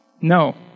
No